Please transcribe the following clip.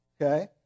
okay